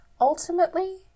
ultimately